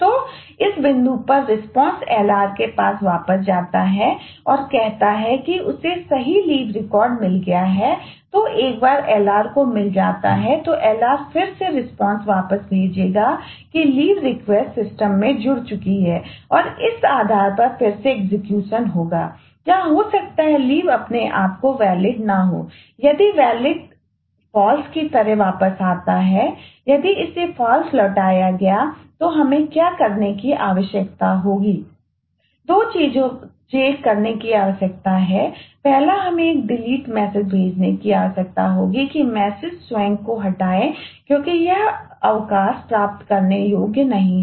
तो इस बिंदु पर पर रिस्पांस स्वयं को हटाएं क्योंकि यह अवकाश प्राप्त करने योग्य नहीं है